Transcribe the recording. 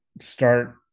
start